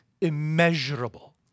immeasurable